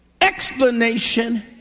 explanation